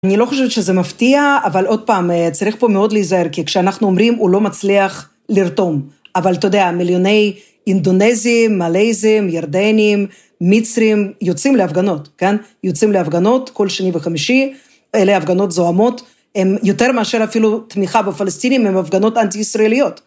אני לא חושבת שזה מפתיע, אבל עוד פעם, צריך פה מאוד להיזהר, כי כשאנחנו אומרים, הוא לא מצליח לרתום. אבל אתה יודע, מיליוני אינדונזים, מלאיזם, ירדנים, מצרים, יוצאים להפגנות, כן? יוצאים להפגנות כל שני וחמישי, אלה הפגנות זועמות, הן יותר מאשר אפילו תמיכה בפלסטינים, הן הפגנות אנטי-ישראליות.